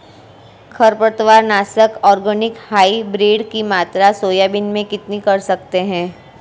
खरपतवार नाशक organic hybrid की मात्रा सोयाबीन में कितनी कर सकते हैं?